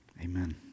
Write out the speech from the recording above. amen